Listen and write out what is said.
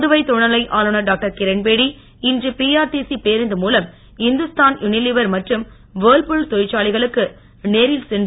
புதுவை துணைநிலை ஆளுநர் டாக்டர் கிரண்பேடி இன்று பிஆர்டிசி பேருந்து மூலம் இந்துஸ்தான் யுனிலீவர் மற்றும் வேர்ல்புல் தொழிற்சாலைகளுக்கு நேரில் சென்று